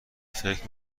فکر